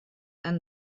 and